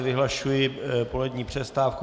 Vyhlašuji polední přestávku.